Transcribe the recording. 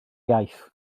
iaith